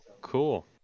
cool